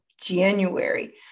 January